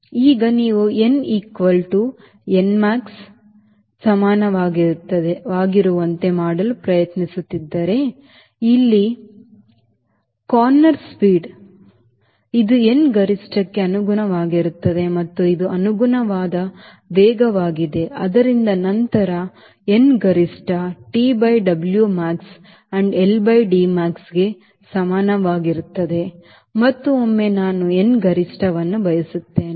ಈಗ ನೀವು n equal to n max ಸಮನಾಗಿರುವಂತೆ ಮಾಡಲು ಪ್ರಯತ್ನಿಸುತ್ತಿದ್ದರೆ ಇಲ್ಲಿ ಎಲ್ಲೋ ಮೂಲೆಯ ವೇಗ ಇದು n ಗರಿಷ್ಠಕ್ಕೆ ಅನುಗುಣವಾಗಿರುತ್ತದೆ ಮತ್ತು ಇದು ಅನುಗುಣವಾದ ವೇಗವಾಗಿದೆ ಆದ್ದರಿಂದ ನಂತರ n ಗರಿಷ್ಠ T by W max and L by D max ಕ್ಕೆ ಸಮನಾಗಿರುತ್ತದೆ ಮತ್ತು ಒಮ್ಮೆ ನಾನು n ಗರಿಷ್ಠವನ್ನು ಬರೆಯುತ್ತೇನೆ